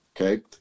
Okay